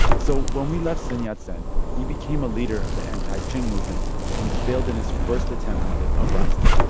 so when we left sun yat-sen, he became a leader of the anti-qing movement and failed in his first attempt at an uprising.